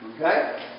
Okay